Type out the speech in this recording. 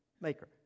maker